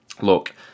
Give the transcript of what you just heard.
look